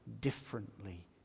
differently